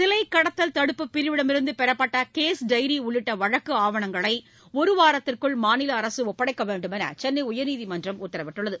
சிலை கடத்தல் தடுப்புப் பிரிவிடமிருந்து பெறப்பட்ட கேஸ் டைரி உள்ளிட்ட வழக்கு ஆவணங்களை ஒருவாரத்திற்குள் மாநில அரசு ஒப்படைக்க வேண்டும் என்று சென்னை உயர்நீதிமன்றம் உத்தரவிட்டுள்ளது